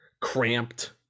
cramped